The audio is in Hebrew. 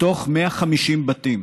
מתוך 150 בתים